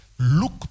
Look